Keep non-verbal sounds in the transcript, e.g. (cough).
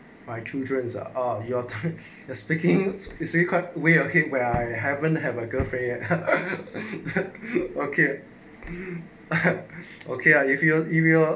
my children's uh you're trick (laughs) you're speaking the secret we'll keep where I haven't have a girlfriend (laughs) okay (laughs) okay lah if you want email